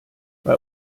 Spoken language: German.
bei